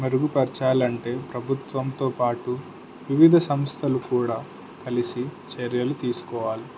మెరుగుపరచాలంటే ప్రభుత్వంతో పాటు వివిధ సంస్థలు కూడా కలిసి చర్యలు తీసుకోవాలి